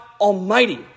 Almighty